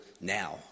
now